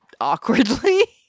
awkwardly